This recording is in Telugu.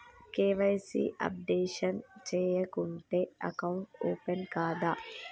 కే.వై.సీ అప్డేషన్ చేయకుంటే అకౌంట్ ఓపెన్ కాదా?